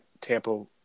Tampa